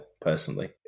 personally